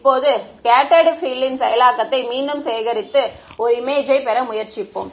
இப்போது scattered field ன் செயலாக்கத்தை மீண்டும் சேகரித்து ஒரு இமேஜ்யை பெற முயற்சிப்போம்